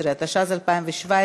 15), התשע"ז 2017,